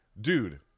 Dude